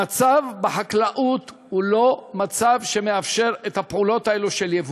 המצב בחקלאות לא מאפשר את הפעולות האלה של יבוא.